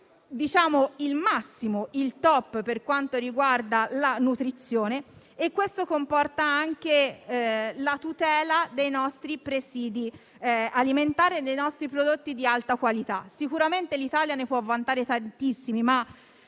di essa, è il massimo per quanto riguarda la nutrizione. Questo comporta anche la tutela dei nostri presidi alimentari e dei nostri prodotti di alta qualità. Sicuramente l'Italia ne può vantare tantissimi, ma,